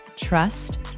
trust